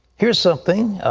here's something,